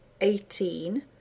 eighteen